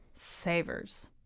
Savers